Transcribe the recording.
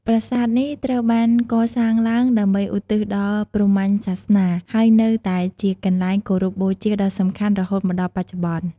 ប្រាសាទនេះត្រូវបានកសាងឡើង ដើម្បីឧទ្ទិសដល់ព្រហ្មញ្ញសាសនា ហើយនៅតែជាកន្លែងគោរពបូជាដ៏សំខាន់រហូតមកដល់បច្ចុប្បន្ន។